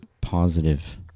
positive